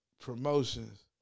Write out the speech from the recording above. Promotions